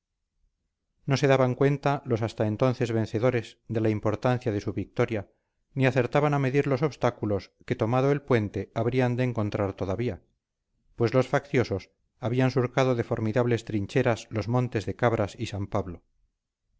no se daban cuenta los hasta entonces vencedores de la importancia de su victoria ni acertaban a medir los obstáculos que tomado el puente habrían de encontrar todavía pues los facciosos habían surcado de formidables trincheras los montes de cabras y san pablo